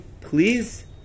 please